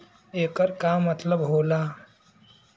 येकर का मतलब होला?